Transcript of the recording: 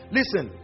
Listen